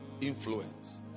influence